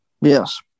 Yes